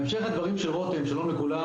שלום לכולם,